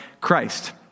Christ